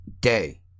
day